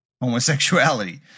homosexuality